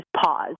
pause